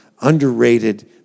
underrated